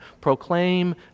Proclaim